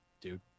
Dude